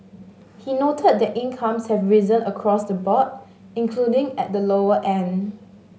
he noted that incomes have risen across the board including at the lower end